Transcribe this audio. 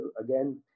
again